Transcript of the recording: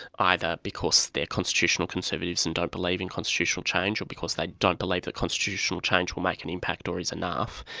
either because they are constitutional conservatives and don't believe in constitutional change or because they don't believe that constitutional change will make an impact or is enough.